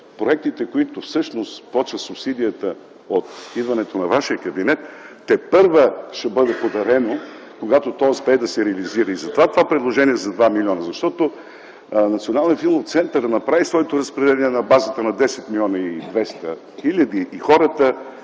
Проектите, за които всъщност започва субсидията от идването на вашия кабинет, тепърва ще бъде подарено, когато успее да се реализира. Затова е това предложение за 2 млн. лв. Защото Националният филмов център направи своето разпределение на базата на 10 млн. 200 хил. лв. и хората